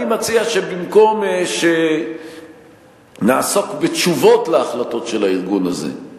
אני מציע שבמקום שנעסוק בתשובות על ההחלטות של הארגון הזה,